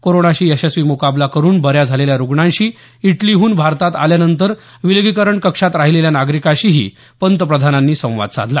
कोरोनाशी यशस्वी मुकाबला करून बऱ्या झालेल्या रुग्णाशी इटलीहून भारतात आल्यानंतर विलगीकरण कक्षात राहिलेल्या नागरिकाशीही पंतप्रधानांनी संवाद साधला